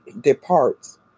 departs